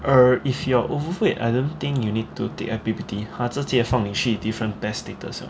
err if you're overweight I don't think you need to take I_P_P_T 他直接放你去 different P_E_S status 了